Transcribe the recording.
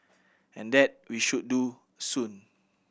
and that we should do soon